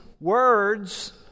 words